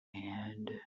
hand